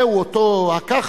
זהו אותו ה'ככה'